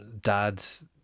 dads